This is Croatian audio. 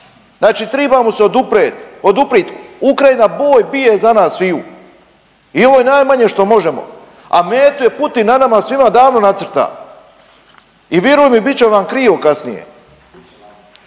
Znači triba mu se odupret, oduprit. Ukrajina boj bije za nas sviju i ovo je najmanje što možemo, a metu je Putin na nama svima davno nacrta i viruj mi bit će vam krivo kasnije.